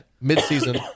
Mid-season